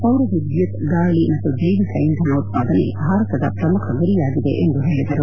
ಸೌರ ವಿದ್ಲುತ್ ಗಾಳಿ ಮತ್ತು ಜೈವಿಕ ಇಂಧನ ಉತ್ವಾದನೆ ಭಾರತ ದೇಶದ ಪ್ರಮುಖ ಗುರಿಯಾಗಿದೆ ಎಂದು ಅವರು ಹೇಳಿದರು